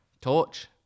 Torch